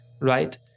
right